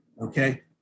Okay